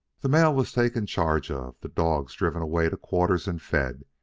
the mail was taken charge of, the dogs driven away to quarters and fed,